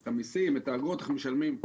את המיסים, את האגרות, אנחנו משלמים.